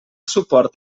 suport